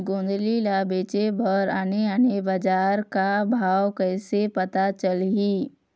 गोंदली ला बेचे बर आने आने बजार का भाव कइसे पता चलही?